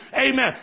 amen